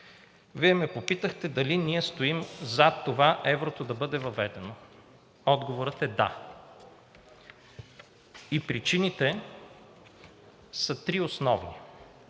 Вие ме попитахте дали ние стоим зад това еврото да бъде въведено. Отговорът е: да. Основните причините са три.